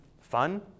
fun